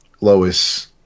Lois